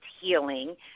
healing